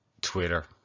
Twitter